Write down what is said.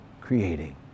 creating